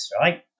right